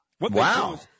Wow